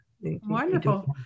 Wonderful